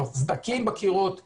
סדקים בקירות וכולי,